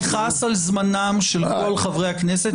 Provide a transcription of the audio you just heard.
אני חס על זמנם של כל חברי הכנסת.